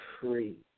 free